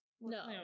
No